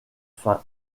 faim